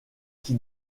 qui